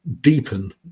deepen